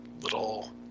little